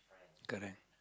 correct